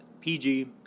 PG